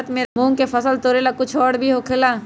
मूंग के फसल तोरेला कुछ और भी होखेला?